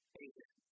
amen